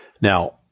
Now